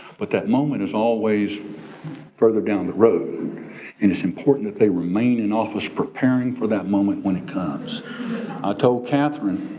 but that moment is always further down the road and it's important that they remain in office preparing for that moment when it comes. i told katherine